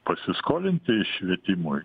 pasiskolinti švietimui